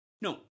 no